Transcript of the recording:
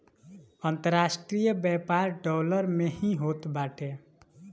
अन्तरराष्ट्रीय व्यापार डॉलर में ही होत बाटे